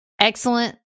excellent